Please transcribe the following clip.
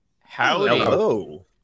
Hello